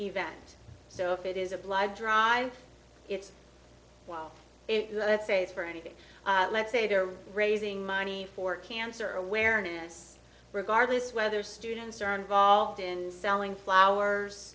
event so if it is a blood drive it while it let's say is for anything let's say they're raising money for cancer awareness regardless whether students are involved in selling